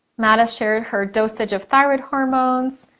mada shared her dosage of thyroid hormones.